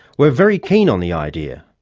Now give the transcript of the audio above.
were very keen on the idea.